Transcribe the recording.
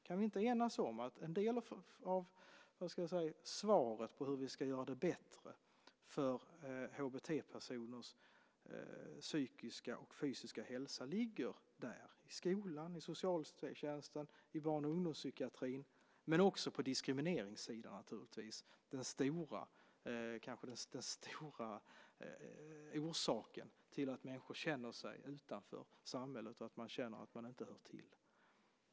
Kan vi inte enas om att en del av svaret på hur vi ska göra det bättre för HBT-personers psykiska och fysiska hälsa ligger i skolan, i socialtjänsten, i barn och ungdomspsykiatrin, men också på diskrimineringssidan naturligtvis? Det är kanske den stora orsaken till att människor känner sig utanför samhället och att de känner att de inte hör till.